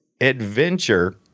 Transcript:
adventure